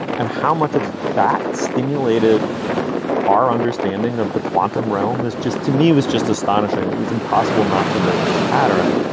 and how much of that stimulated stimulated our understanding of the quantum realm is just to me was just astonishing. it was impossible not to note this pattern.